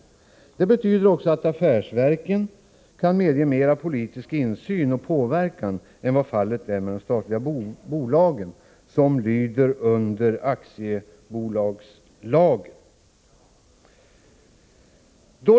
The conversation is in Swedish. Detta betyder också att affärsverken kan medge mera politisk insyn och påverkan än vad fallet är med de statliga bolagen, som lyder under aktiebolagslagen.